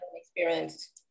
experience